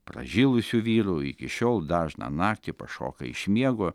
pražilusių vyrų iki šiol dažną naktį pašoka iš miego